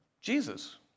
Jesus